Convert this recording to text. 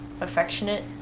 affectionate